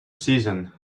season